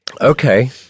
Okay